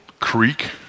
creek